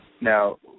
now